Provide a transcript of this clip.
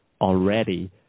already